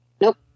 Nope